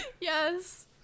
Yes